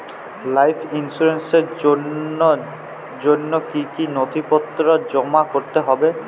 Life ইন্সুরেন্সর জন্য জন্য কি কি নথিপত্র জমা করতে হবে?